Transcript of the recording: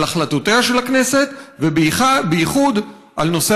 על החלטותיה של הכנסת ובייחוד על נושא